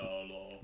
ya lor